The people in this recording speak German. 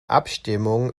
abstimmung